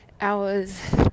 hours